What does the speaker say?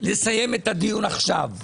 לסיים את הדיון עכשיו.